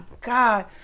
God